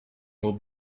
will